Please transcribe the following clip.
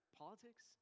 politics